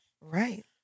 Right